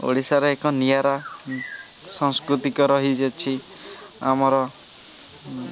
ଓଡ଼ିଶାରେ ଏକ ନିଆରା ସାଂସ୍କୃତିକ ରହିଅଛି ଆମର